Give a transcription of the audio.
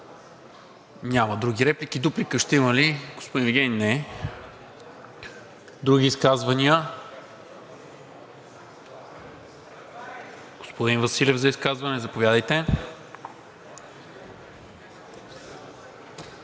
Няма други реплики. Дуплика ще има ли, господин Вигенин? Не. Други изказвания? Господин Василев, за изказване – заповядайте.